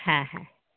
হ্যাঁ হ্যাঁ